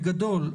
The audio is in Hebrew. בגדול,